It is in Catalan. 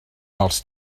pels